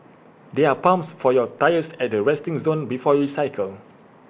there are pumps for your tyres at the resting zone before you cycle